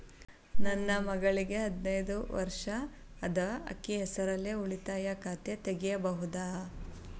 ನನ್ನ ಮಗಳಿಗೆ ಹದಿನೈದು ವರ್ಷ ಅದ ಅಕ್ಕಿ ಹೆಸರಲ್ಲೇ ಉಳಿತಾಯ ಖಾತೆ ತೆಗೆಯಬಹುದಾ?